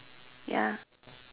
ya